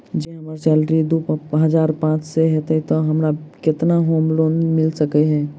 जँ हम्मर सैलरी दु हजार पांच सै हएत तऽ हमरा केतना होम लोन मिल सकै है?